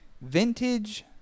Vintage